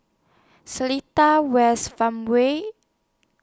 Seletar West Farmway